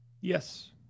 Yes